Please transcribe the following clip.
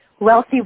wealthy